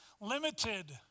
limited